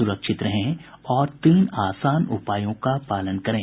सुरक्षित रहें और इन तीन आसान उपायों का पालन करें